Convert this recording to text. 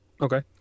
Okay